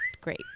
great